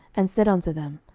and said unto them,